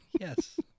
Yes